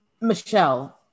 Michelle